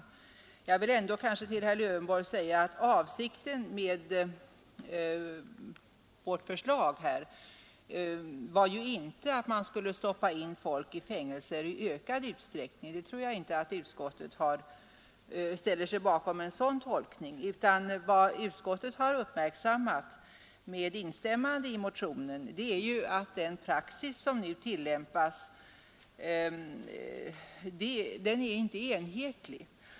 Men jag vill ändå till herr Lövenborg säga att avsikten med vårt förslag var ju inte att man skulle stoppa in folk i fängelse i ökad utsträckning — en tolkning i den riktningen tror jag inte att utskottet ställer sig bakom — utan vad utskottet har uppmärksammat, med instämmande i motionen, är ju att den praxis som nu tillämpas är inte enhetlig.